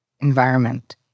environment